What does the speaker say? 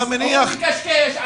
אתה מקשקש.